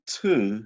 two